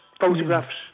photographs